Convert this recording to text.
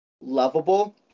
lovable